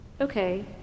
Okay